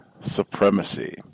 supremacy